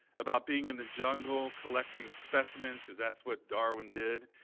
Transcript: about being in the jungle, collecting specimens, cause that's what darwin did.